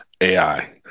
AI